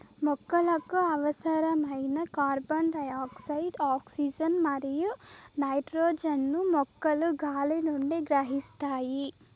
మొక్కలకు అవసరమైన carbon dioxide, oxygen మరియు నైట్రోజన్ ను మొక్కలు గాలి నుండి గ్రహిస్తాయి